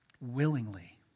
willingly